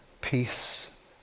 peace